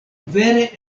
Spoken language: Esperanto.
vere